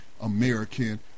American